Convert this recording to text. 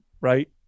right